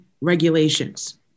regulations